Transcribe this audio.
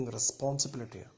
responsibility